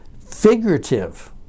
figurative